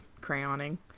crayoning